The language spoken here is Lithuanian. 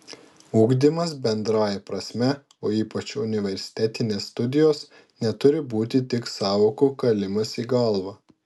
ugdymas bendrąja prasme o ypač universitetinės studijos neturi būti tik sąvokų kalimas į galvą